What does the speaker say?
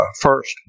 first